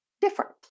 different